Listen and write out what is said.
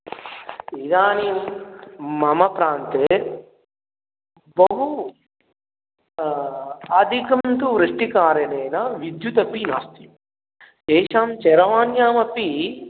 इदानीं मम प्रान्ते बहु अधिकं तु वृष्टिकारणेन विद्युदपि नास्ति एषां चरवाण्यामपि